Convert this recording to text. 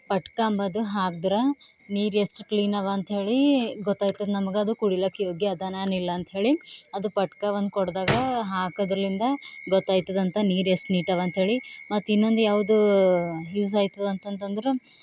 ಪಟ್ಕ ಅಂಬೋದು ಹಾಕ್ದ್ರೆ ನೀರು ಎಷ್ಟು ಕ್ಲೀನವ ಅಂಥೇಳಿ ಗೊತ್ತಾಯ್ತದೆ ನಮಗದು ಕುಡಿಲಕ್ಕ ಯೋಗ್ಯ ಅದನ ಇಲ್ಲ ಅಂಥೇಳಿ ಅದು ಪಟ್ಕ ಒಂದು ಕೊಡದಾಗ ಹಾಕದ್ರಲಿಂದ ಗೊತ್ತೈತದೆ ಅಂತ ನೀರು ಎಷ್ಟ್ ನೀಟವ ಅಂಥೇಳಿ ಮತ್ತು ಇನ್ನೊಂದು ಯಾವುದು ಯೂಸಾಯ್ತದೆ ಅಂತಂತಂದ್ರೆ